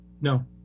No